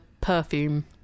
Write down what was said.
perfume